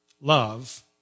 love